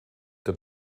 der